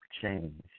Change